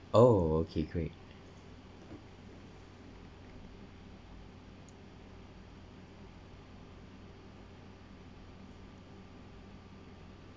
oh okay great